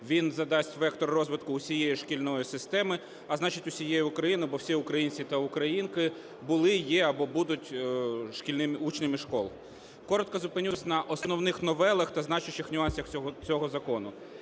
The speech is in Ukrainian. Він задасть вектор розвитку усієї шкільної системи, а значить, усієї України, бо всі українці та українки були, є або будуть учнями шкіл. Коротко зупинюся на всіх новелах та значущих нюансах цього закону: